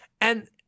And-